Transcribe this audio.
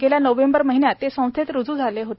गेल्या नोव्हेंबर महिन्यात ते संस्थेत रुजू झाले होते